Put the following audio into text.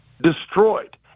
destroyed